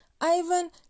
Ivan